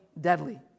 deadly